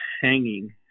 hanging